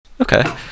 Okay